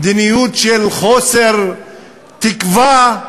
מדיניות של חוסר תקווה,